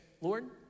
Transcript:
Lord